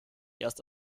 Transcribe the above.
erst